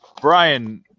Brian